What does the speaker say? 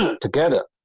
together